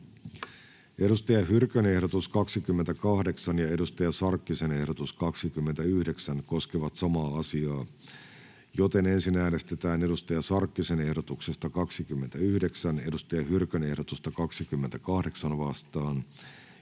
Saara Hyrkön ehdotus 25 ja Hanna Sarkkisen ehdotus 26 koskevat samaa asiaa. Ensin äänestetään Hanna Sarkkisen ehdotuksesta 26 Saara Hyrkön ehdotusta 25 vastaan